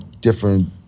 different